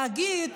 להגיד